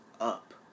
up